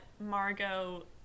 Margot